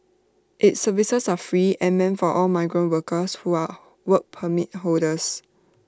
its services are free and meant for all migrant workers who are Work Permit holders